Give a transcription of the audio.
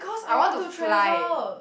I want to fly